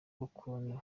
ukuntu